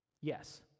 Yes